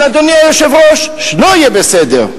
אבל, אדוני היושב ראש, לא יהיה בסדר,